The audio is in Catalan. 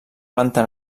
planta